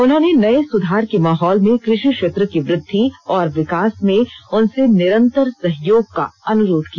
उन्होंने नये सुधार के माहौल में कृषि क्षेत्र की वृद्धि और विकास में उनसे निरंतर सहयोग का अनुरोध किया